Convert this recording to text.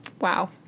Wow